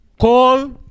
Call